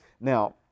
Now